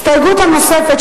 הסתייגות נוספת,